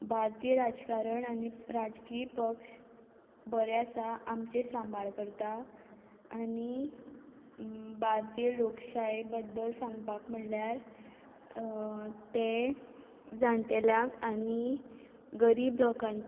भारतीय राजकारण आनी राजकीय पक्ष बरे आसा आमचे सांबाळ करता आनी भारतीय लोकशाये बद्दल सांगपाक म्हळ्ळ्यार ते जाण्टेल्याक आनी गरीब लोकां